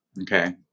Okay